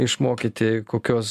išmokyti kokios